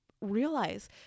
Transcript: realize